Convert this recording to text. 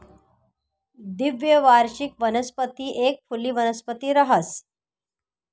द्विवार्षिक वनस्पती एक फुली वनस्पती रहास